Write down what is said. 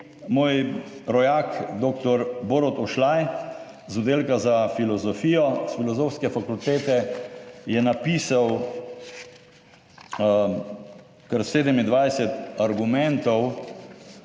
moj rojak doktor Borut Ošlaj z oddelka za filozofijo s Filozofske fakultete, je napisal kar 27 argumentov